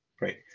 right